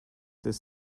their